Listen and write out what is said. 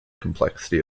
complexity